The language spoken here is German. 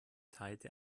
teilte